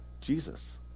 Jesus